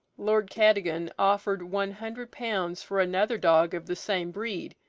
lord cadogan offered one hundred pounds for another dog of the same breed,